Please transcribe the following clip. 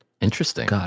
Interesting